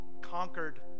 conquered